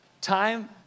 Time